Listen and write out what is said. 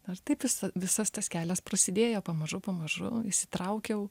ar taip jisa visas tas kelias prasidėjo pamažu pamažu įsitraukiau